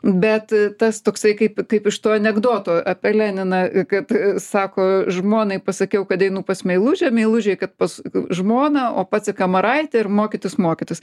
bet tas toksai kaip kaip iš to anekdoto apie leniną kad sako žmonai pasakiau kad einu pas meilužę meilužei kad pas žmoną o pats į kamaraitę ir mokytis mokytis